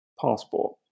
passport